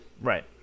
Right